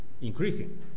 increasing